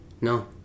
no